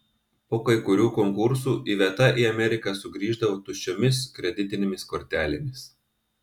po kai kurių konkursų iveta į ameriką sugrįždavo tuščiomis kreditinėmis kortelėmis